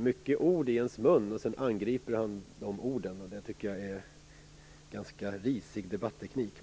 mycket ord i ens mun, och sedan angriper han de orden. Jag tycker att det är en ganska risig debatteknik.